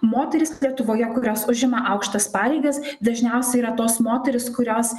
moterys lietuvoje kurios užima aukštas pareigas dažniausiai yra tos moterys kurios